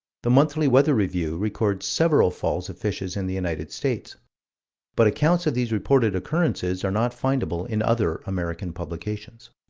the monthly weather review records several falls of fishes in the united states but accounts of these reported occurrences are not findable in other american publications.